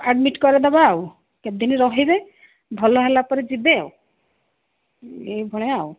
admit କରାଇଦେବା ଆଉ କେତେ ଦିନ ରହିବେ ଭଲ ହେଲା ପରେ ଯିବେ ଏଇ ଭଳିଆ ଆଉ